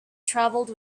travelled